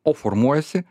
o formuojasi